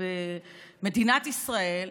במדינת ישראל,